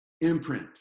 imprint